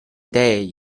day